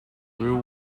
real